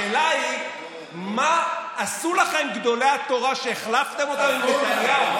השאלה היא מה עשו לכם גדולי התורה שהחלפתם אותם עם נתניהו?